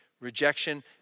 rejection